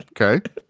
Okay